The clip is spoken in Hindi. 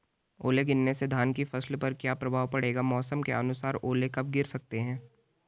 ओले गिरना से धान की फसल पर क्या प्रभाव पड़ेगा मौसम के अनुसार ओले कब गिर सकते हैं?